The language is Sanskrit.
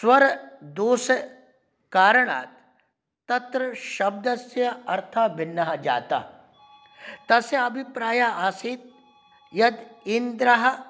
स्वरदोषकारणात् तत्र शब्दस्य अर्थः भिन्नः जातः तस्य अभिप्रायः आसीत् यत् इन्द्रः